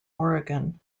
oregon